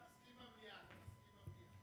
תסכים במליאה, אתה מסכים במליאה.